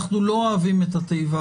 אנחנו לא אוהבים את התיבה